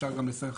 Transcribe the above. אפשר גם לסנכרן.